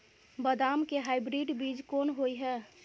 बदाम के हाइब्रिड बीज कोन होय है?